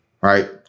Right